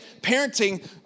parenting